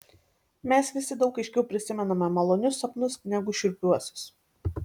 mes visi daug aiškiau prisimename malonius sapnus negu šiurpiuosius